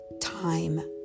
Time